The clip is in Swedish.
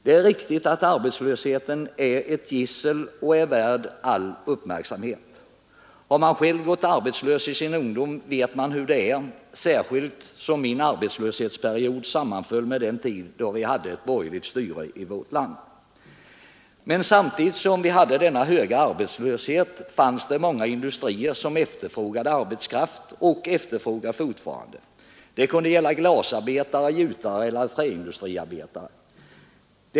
Det är riktigt att arbetslösheten är ett gissel och värd all uppmärksamhet. Har man själv gått arbetslös i sin ungdom, vet man hur det är, särskilt som min arbetslöshetsperiod sammanföll med den tid då vi hade ett borgerligt styre i vårt land. Men samtidigt som vi hade en hög arbetslöshet fanns det många industrier som efterfrågade arbetskraft och som fortfarande gör det. Det kunde gälla glasarbetare, gjutare eller träindustriarbetare.